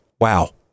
wow